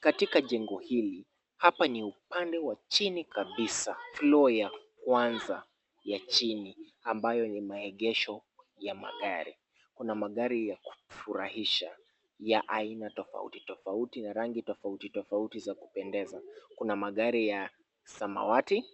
Katika jengo hili, hapa ni upande wa chini kabisa, floor ya kwanza, ya chini, ambayo ni maegesho ya magari, kuna magari ya kufurahisha, ya aina tofauti tofauti na rangi tofauti tofauti za kupendeza. Kuna magari ya samawati,